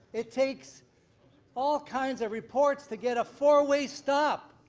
it takes all kinds of reports to get a four-way stop.